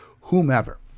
whomever